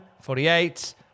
forty-eight